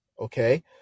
Okay